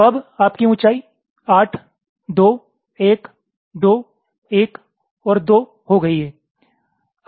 तो अब आपकी ऊंचाई 8 2 1 2 1 और 2 हो गई है